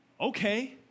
Okay